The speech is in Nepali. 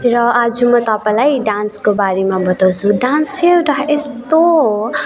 र आज म तपाईँलाई डान्सको बारेमा बताउँछु डान्स चाहिँ एउटा यस्तो हो